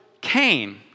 Cain